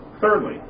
Thirdly